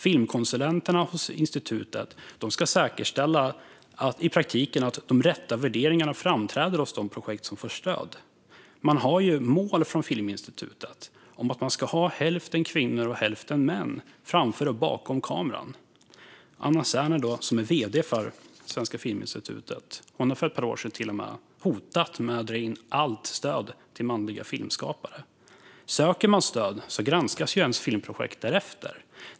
Filmkonsulenterna hos institutet ska i praktiken säkerställa att "rätt" värderingar framträder i de projekt som får stöd. Filminstitutet har ju mål om att man ska ha hälften kvinnor och hälften män framför och bakom kameran. Anna Serner, som är vd för Svenska Filminstitutet, har för ett par år sedan till och med hotat med att dra in allt stöd till manliga filmskapare. Söker man stöd granskas ens filmprojekt därefter.